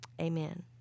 Amen